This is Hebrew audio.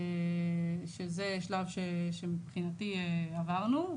שזה שלב שמבחינתי עברנו.